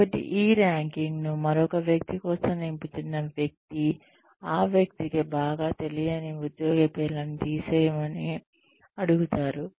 కాబట్టి ఈ ర్యాంకింగ్ను మరొక వ్యక్తి కోసం నింపుతున్న వ్యక్తి ఆ వ్యక్తికి బాగా తెలియనీ ఉద్యోగి పేర్లను తీసేయమని అడుగుతారు